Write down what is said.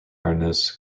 hardness